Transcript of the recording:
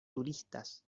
turistas